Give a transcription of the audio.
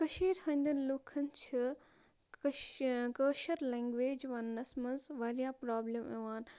کٔشیٖرِ ہٕنٛدٮ۪ن لوٗکھَن چھِ کٔش کٲشر لینٛگویج وَنٛنَس منٛز واریاہ پرابلِم یِوان